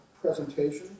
presentation